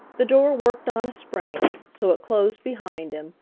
the door worked on a spring, so it closed behind him,